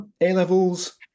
A-levels